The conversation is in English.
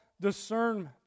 discernment